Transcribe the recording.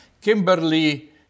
Kimberly